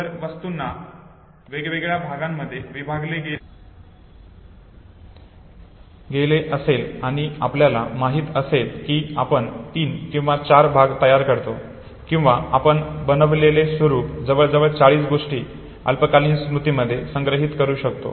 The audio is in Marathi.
जर वस्तूंना वेगवेगळ्या भागांमध्ये विभागले गेले असेल आणि आपल्याला माहित असेल की आपण तीन किंवा चार भाग तयार करतो किंवा आपण बनवलेले स्वरूप जवळजवळ 40 गोष्टी अल्पकालीन स्मृतीमध्ये संग्रहित करु शकतो